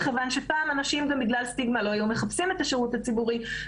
מכיוון שפעם אנשים גם בגלל סטיגמה לא היו מחפשים את השירות הציבורי,